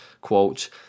quote